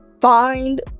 find